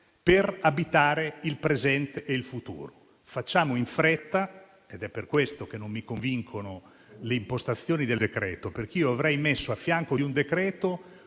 per abitare il presente e il futuro. Facciamo in fretta ed è per questo che non mi convincono le impostazioni del decreto, perché avrei messo, a fianco del decreto,